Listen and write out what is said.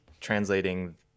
translating